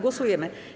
Głosujemy.